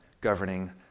governing